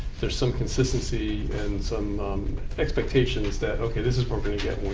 there's some consistency and some expectations that, okay, this is what we're going to get